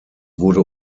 wurde